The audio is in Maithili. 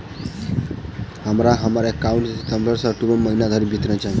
हमरा हम्मर एकाउंट केँ सितम्बर सँ अक्टूबर महीना धरि विवरण चाहि?